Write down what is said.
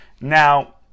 Now